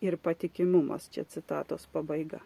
ir patikimumas čia citatos pabaiga